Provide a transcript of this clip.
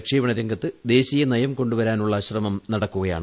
പ്രക്ഷേപണ രംഗത്ത് ദേശീയനയം കൊണ്ടുവരാനുള്ള ശ്രമം നടക്കുകയാണ്